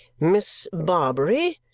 miss barbary,